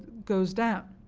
goes down.